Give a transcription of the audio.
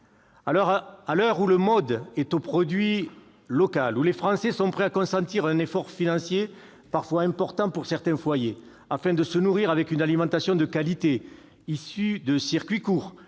À l'heure où la mode est au « produire local », où les Français sont prêts à consentir un effort financier parfois important pour certains foyers afin de se nourrir avec une alimentation de qualité issue de circuits courts,